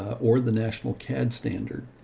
or the national cad standard.